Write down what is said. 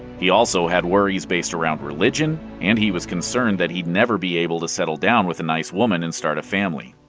he also had worries based around religion, and he was concerned that he'd never be able to settle down with a nice woman and start a family.